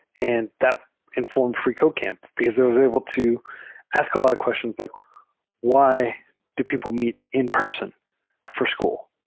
and that informed freecodecamp, because i was able to ask a lot of questions like why do people meet in-person for school?